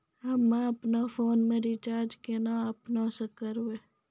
हम्मे आपनौ फोन के रीचार्ज केना आपनौ से करवै?